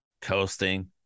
coasting